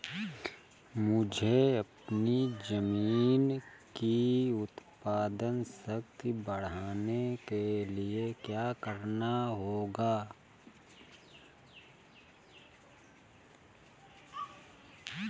मुझे अपनी ज़मीन की उत्पादन शक्ति बढ़ाने के लिए क्या करना होगा?